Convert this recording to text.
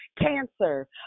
cancer